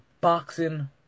boxing